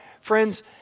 friends